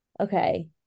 okay